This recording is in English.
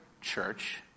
church